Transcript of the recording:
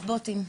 בוטים.